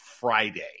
Friday